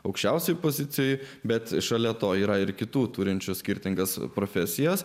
aukščiausioje pozicijoje bet šalia to yra ir kitų turinčių skirtingas profesijas